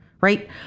right